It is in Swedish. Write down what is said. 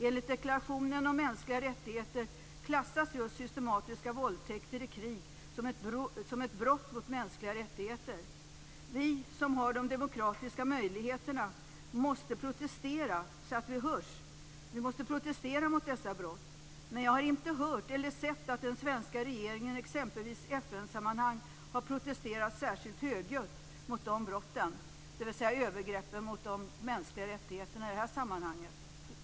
Enligt deklarationen om mänskliga rättigheter klassas just systematiska våldtäkter i krig som ett brott mot mänskliga rättigheter. Vi som har de demokratiska möjligheterna måste protestera så det hörs. Vi måste protestera mot dessa brott. Men jag har inte hört eller sett att den svenska regeringen i exempelvis FN sammanhang har protesterat särskilt högljutt mot de här brotten, dvs. övergreppen mot de mänskliga rättigheterna i det här sammanhanget.